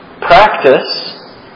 practice